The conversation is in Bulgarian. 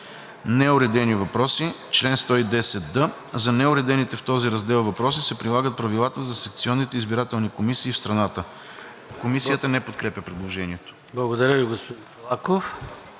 Неуредени въпроси Чл. 110д. За неуредените в този раздел въпроси се прилагат правилата за секционните избирателни комисии в страната.“ Комисията не подкрепя предложението. ПРЕДСЕДАТЕЛ ЙОРДАН ЦОНЕВ: